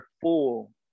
full